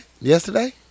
Yesterday